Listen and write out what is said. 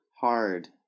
hard